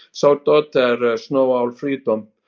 so daughter, snow al freedom,